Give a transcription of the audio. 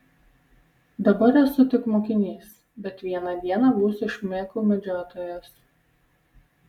dabar esu tik mokinys bet vieną dieną būsiu šmėklų medžiotojas